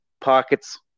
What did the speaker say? pockets